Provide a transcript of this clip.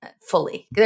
fully